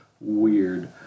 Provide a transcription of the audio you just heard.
weird